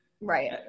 right